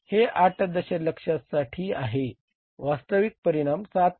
हे 8 दशलक्षासाठी आहे वास्तविक परिणाम 7